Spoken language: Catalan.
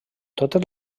totes